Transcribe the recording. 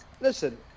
Listen